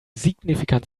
signifikant